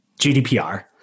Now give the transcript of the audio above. GDPR